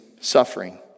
suffering